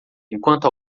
enquanto